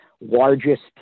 largest